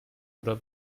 oder